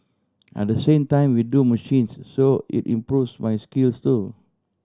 and the same time we do machines so it improves my skills so